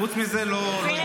חוץ מזה לא יגעו בו.